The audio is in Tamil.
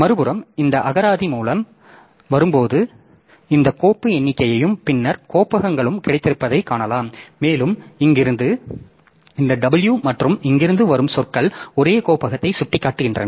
மறுபுறம் இந்த அகராதி மூலம் வரும்போது இந்த கோப்பு எண்ணிக்கையும் பின்னர் கோப்பகங்களும் கிடைத்திருப்பதைக் காணலாம் மேலும் இங்கிருந்து இந்த w மற்றும் இங்கிருந்து வரும் சொற்கள் ஒரே கோப்பகத்தை சுட்டிக்காட்டுகின்றன